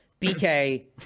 bk